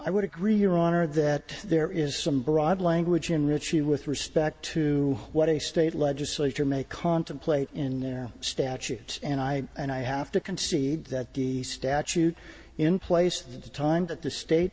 i would agree your honor that there is some broad language enriching with respect to what a state legislature may contemplate in their statute and i and i have to concede that the statute in place at the time that the state